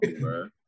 bro